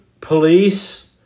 police